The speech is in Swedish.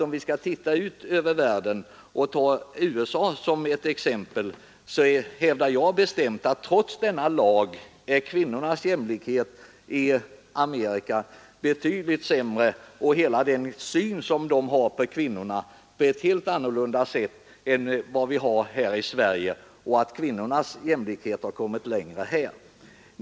Om vi tittar ut över världen och tar USA som exempel, så hävdar jag bestämt att trots denna lag är kvinnornas jämlikhet i Amerika betydligt sämre och hela synen på kvinnorna helt annorlunda än här i Sverige. Kvinnornas jämlikhet har kommit längre här.